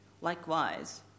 Likewise